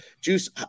Juice